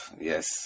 Yes